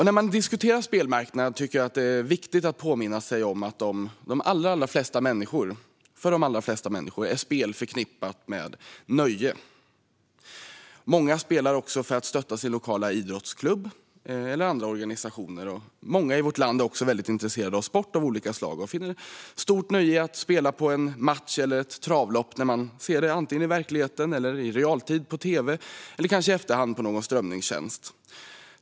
När man diskuterar spelmarknaden tycker jag att det är viktigt att påminna sig om att spel för de allra flesta människor är förknippat med nöje. Många spelar för att stötta sin lokala idrottsklubb eller andra organisationer. Många i vårt land är väldigt intresserade av sport av olika slag och finner stort nöje i att spela på en match eller ett travlopp, som man kan se i verkligheten, i realtid på tv eller kanske i efterhand genom någon strömningstjänst.